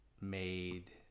made